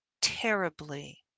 terribly